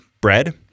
bread